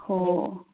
हो